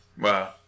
Wow